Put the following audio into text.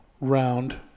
round